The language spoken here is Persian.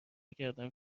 کردم